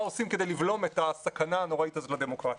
עושים כדי לבלום את הסכנה הנוראית הזאת לדמוקרטיה.